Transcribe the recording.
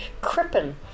Crippen